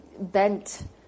bent